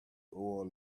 oil